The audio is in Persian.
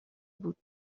بود